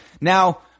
Now